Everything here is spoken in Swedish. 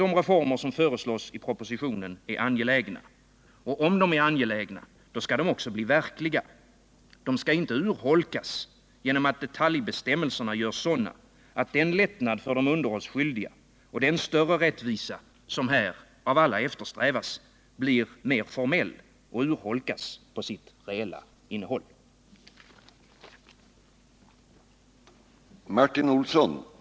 De reformer som föreslås i propositionen är angelägna, och om de är angelägna skall de också bli verkliga. De skall inte urholkas genom att detaljbestämmelserna görs sådana att den lättnad för de underhållsskyldiga och den större rättvisa som eftersträvas blir mer formell och urholkas på sitt reella innehåll.